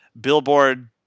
Billboard